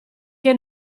che